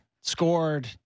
scored